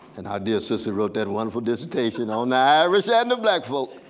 and dear sister wrote that wonderful dissertation on the irish and the black folk.